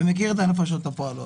אני מכיר את הנפשות הפועלות.